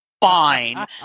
Fine